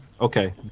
Okay